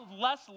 less